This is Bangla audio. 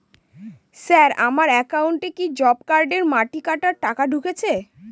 স্যার আমার একাউন্টে কি জব কার্ডের মাটি কাটার টাকা ঢুকেছে?